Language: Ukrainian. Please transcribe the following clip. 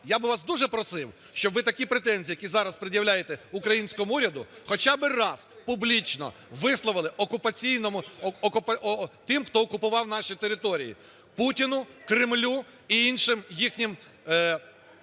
я би вас дуже просив, щоб ви такі претензії, які зараз пред'являєте українському уряду, хоча би раз публічно висловили окупаційному, тим, хто окупував наші території: Путіну, Кремлю і іншим їхнім